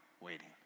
waiting